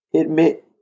admit